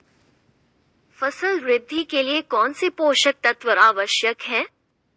फसल वृद्धि के लिए कौनसे पोषक तत्व आवश्यक हैं?